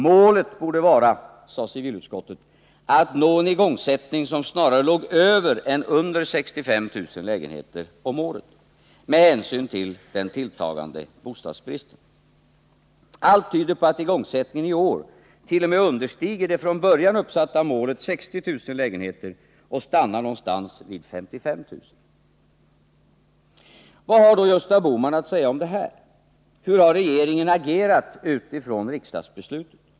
Målet borde vara, sade civilutskottet, att nå en igångsättning som snarare låg över än under 65 000 lägenheter om året med hänsyn till den tilltagande bostadsbristen. Allt tyder på att igångsättningen i år t.o.m. understiger det från början uppsatta målet 60 000 lägenheter och stannar någonstans vid 55 000. Vad har då Gösta Bohman att säga om detta? Hur har regeringen agerat utifrån riksdagsbeslutet?